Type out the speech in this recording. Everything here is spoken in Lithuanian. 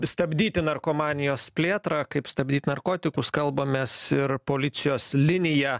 stabdyti narkomanijos plėtrą kaip stabdyt narkotikus kalbamės ir policijos linija